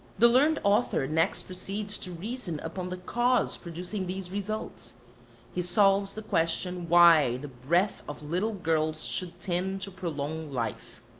the learned author next proceeds to reason upon the cause producing these results he solves the question why the breath of little girls should tend to prolong life.